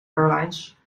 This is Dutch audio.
airlines